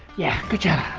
yeah, good job!